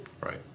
Right